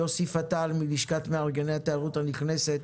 יוסי פתאל מלשכת מארגני התיירות הנכנסת,